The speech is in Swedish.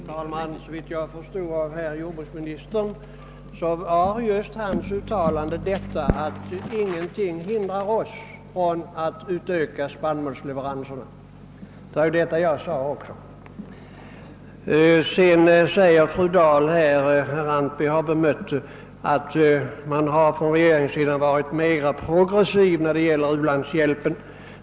Herr talman! Såvitt jag förstår av herr jordbruksministerns uttalande så menade han just att ingenting hindrar oss från att utöka spannmålsleveranserna. Det var detta jag sade också. Fru Dahl säger — herr Antby har bemött det — att man på regeringssidan har varit mera progressiv när det gäller u-landshjälpen.